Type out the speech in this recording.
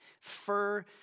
Fur